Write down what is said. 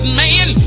man